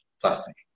plastic